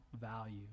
value